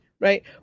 Right